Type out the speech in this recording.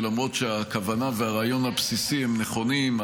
ולמרות שהכוונה והרעיון הבסיסי נכונים,